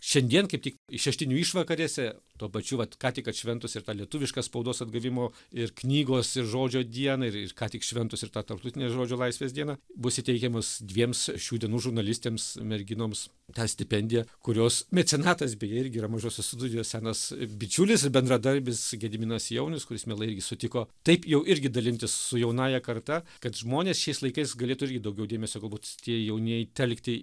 šiandien kaip tik šeštinių išvakarėse tuo pačiu vat ką tik atšventus ir tą lietuvišką spaudos atgavimo ir knygos ir žodžio dieną ir ką tik šventus ir tarptautinę žodžio laisvės dieną bus įteikiamas dviems šių dienų žurnalistėms merginoms tą stipendiją kurios mecenatas beje irgi yra mažosios studijos senas bičiulis bendradarbis gediminas jaunius kuris mielai irgi sutiko taip jau irgi dalintis su jaunąja karta kad žmonės šiais laikais galėtų irgi daugiau dėmesio galbūt tie jaunieji telkti